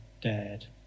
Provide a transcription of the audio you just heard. dared